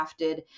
crafted